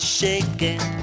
shaking